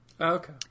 Okay